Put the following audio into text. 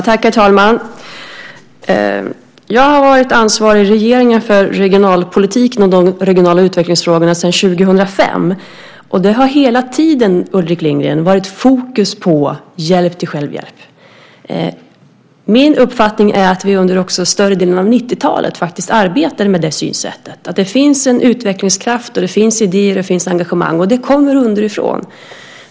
Herr talman! Jag har varit ansvarig i regeringen för regionalpolitik och de regionala utvecklingsfrågorna sedan år 2005. Det har hela tiden, Ulrik Lindgren, varit fokus på hjälp till självhjälp. Min uppfattning är att vi under större delen av 90-talet arbetade med det synsättet. Det finns en utvecklingskraft, idéer och engagemang, och det kommer underifrån.